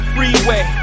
Freeway